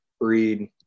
breed